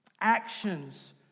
actions